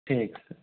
ठीक है सर